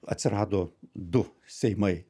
atsirado du seimai